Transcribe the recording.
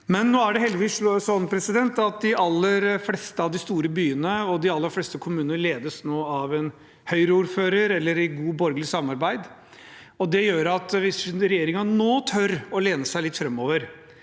dem. Nå er det heldigvis slik at de aller fleste av de store byene og de aller fleste kommuner ledes av en Høyreordfører eller i godt borgerlig samarbeid. Det gjør at hvis regjeringen nå tør å lene seg litt framover,